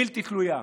בלתי תלויה?